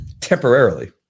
Temporarily